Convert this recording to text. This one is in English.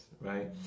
right